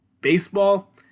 Baseball